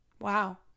wow